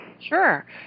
sure